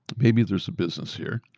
maybe there's a business here.